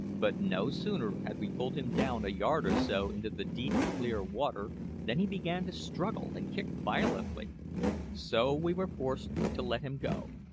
but no sooner had we pulled him down a yard or so into the deep, clear water than he began to struggle and kick violently so we were forced to let him go,